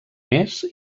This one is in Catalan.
més